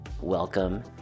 Welcome